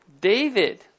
David